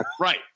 Right